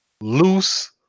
loose